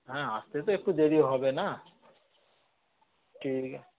হ্যাঁ আসতে তো একটু দেরি হবে না ঠিক